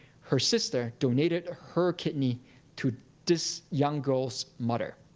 her sister donated her kidney to this young girl's mother.